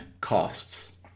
costs